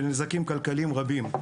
ונזקים כלכליים רבים.